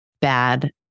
Bad